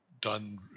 done